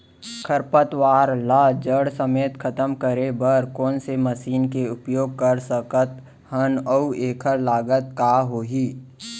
खरपतवार ला जड़ समेत खतम करे बर कोन से मशीन के उपयोग कर सकत हन अऊ एखर लागत का होही?